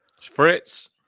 Fritz